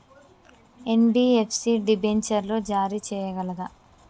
NBFC డిబెంచర్లు జారీ చేయగలదా?